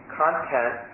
content